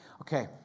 Okay